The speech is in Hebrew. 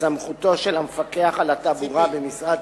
סמכותו של המפקח על התעבורה במשרד